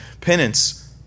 penance